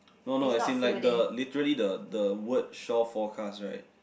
no no as in like the literally the the word shore forecast right